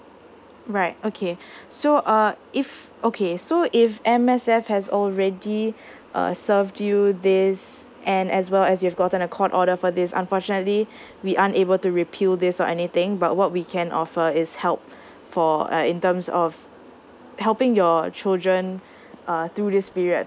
right okay so uh if okay so if M_S_F has already uh served you this and as well as you have gotten a court order for this unfortunately we aren't able to repel this or anything but what we can offer is help for uh in terms of helping your children uh through this period